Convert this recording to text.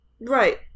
right